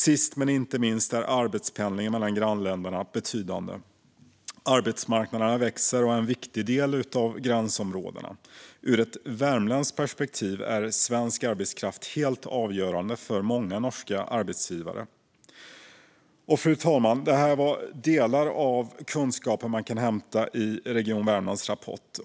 Sist men inte minst är arbetspendlingen mellan grannländerna betydande. Arbetsmarknaderna växer och är en viktig del av gränsområdena. Ur ett värmländskt perspektiv är svensk arbetskraft helt avgörande för många norska arbetsgivare. Fru talman! Det här var delar av den kunskap man kan hämta i Region Värmlands rapport.